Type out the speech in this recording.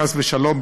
חס ושלום,